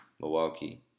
Milwaukee